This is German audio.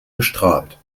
bestrahlt